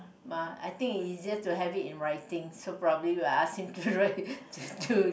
but I think it is easier to have it in writing so probably we'll ask him to write to